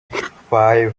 five